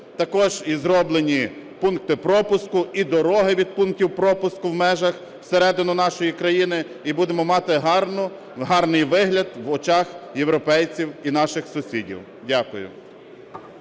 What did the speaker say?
також і зроблені пункти пропуску, і дороги від пунктів пропуску в межах всередину нашої країни. І будемо мати гарний вигляд в очах європейців і наших сусідів. Дякую.